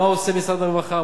מה עושה משרד הרווחה,